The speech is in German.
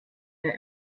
der